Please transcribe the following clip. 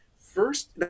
First